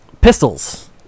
pistols